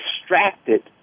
distracted